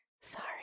sorry